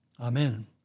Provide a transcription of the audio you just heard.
Amen